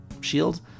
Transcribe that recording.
shield